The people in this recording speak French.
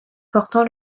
portant